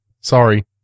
Sorry